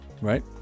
Right